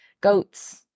goats